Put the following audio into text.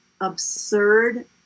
absurd